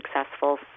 successful